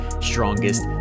strongest